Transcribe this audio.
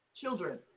Children